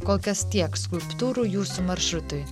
kol kad tiek skulptūrų jūsų maršrutui